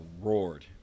roared